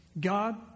God